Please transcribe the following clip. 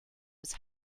was